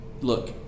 look